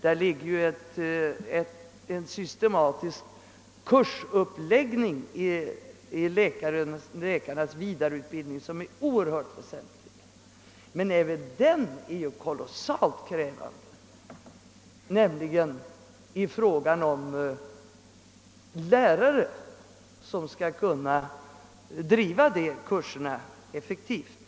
Det ligger en systematisk kursuppläggning i läkarnas vidareutbildning, som är oerhört väsentlig, men även den är kolossalt krävande, nämligen för lärarna som skall driva kurserna effektivt.